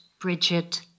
Bridget